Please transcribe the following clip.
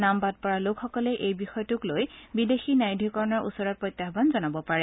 নাম বাদ পৰা লোকসকলে এই বিষয়টো লৈ বিদেশী ন্যায়াধিকৰণৰ ওচৰত প্ৰত্যাহান জনাব পাৰে